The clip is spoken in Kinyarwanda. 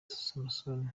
samusoni